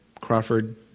Crawford